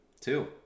two